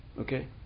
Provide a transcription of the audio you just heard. Okay